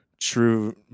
true